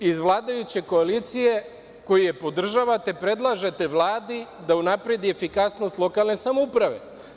Vi iz vladajuće koalicije, koju je podržavate, predlažete Vladi da unapredi efikasnost lokalne samouprave.